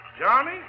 Johnny